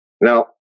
now